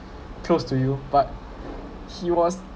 close to you but he was